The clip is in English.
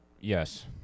Yes